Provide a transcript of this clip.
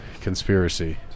conspiracy